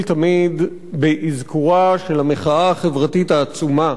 תמיד באזכורה של המחאה החברתית העצומה,